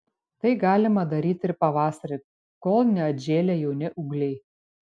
tai galima daryti ir pavasarį kol neatžėlę jauni ūgliai